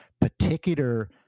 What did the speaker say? particular